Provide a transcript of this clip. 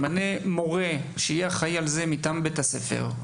אם הוא מורה שיהיה אחראי על זה מטעם בית הספר,